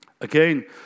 Again